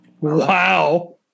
Wow